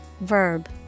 verb